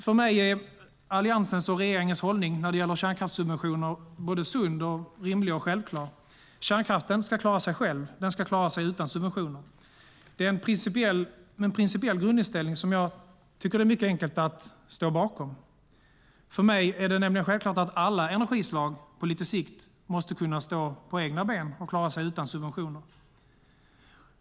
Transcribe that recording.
För mig är Alliansens och regeringens hållning när det gäller kärnkraftssubventioner såväl sund och rimlig som självklar: Kärnkraften ska klara sig själv. Den ska klara sig utan subventioner. Det är en principiell grundinställning som jag tycker att det är mycket enkelt att stå bakom. För mig är det nämligen självklart att alla energislag på lite sikt måste kunna stå på egna ben och klara sig utan subventioner.